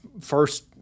first